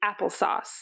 applesauce